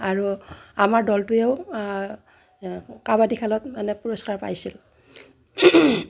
আৰু আমাৰ দলটোৱেও কাবাডী খেলত মানে পুৰস্কাৰ পাইছিল